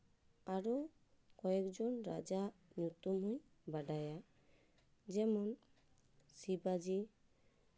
ᱟᱨᱚ ᱠᱚᱭᱮᱠ ᱡᱚᱱ ᱨᱟᱡᱟᱣᱟᱜ ᱧᱩᱛᱩᱢ ᱦᱚᱧ ᱵᱟᱰᱟᱭᱟ ᱡᱮᱢᱚᱱ ᱥᱤᱵᱟᱡᱤ